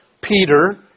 Peter